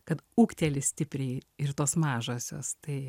kad ūgteli stipriai ir tos mažosios tai